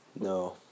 no